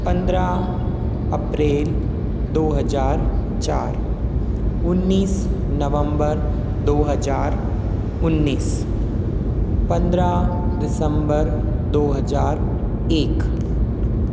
पंद्रह अप्रैल दो हजार चार उन्नीस नवंबर दो हजार उन्नीस पंद्रह दिसम्बर दो हजार एक